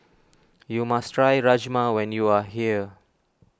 you must try Rajma when you are here